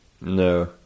no